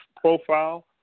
profile